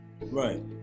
Right